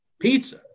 Pizza